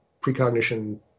precognition